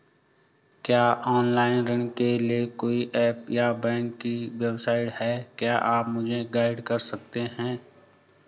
क्या ऑनलाइन ऋण के लिए कोई ऐप या बैंक की वेबसाइट है क्या आप मुझे गाइड कर सकते हैं?